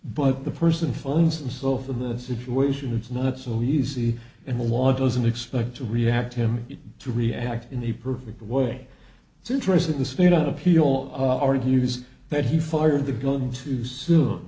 but the person finds and so for the situation it's not so easy and the law doesn't expect to react him to react in the perfect way it's interesting the state of appeal argues that he fired the gun too soon